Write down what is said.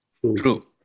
True